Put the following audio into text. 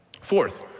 Fourth